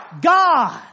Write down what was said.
God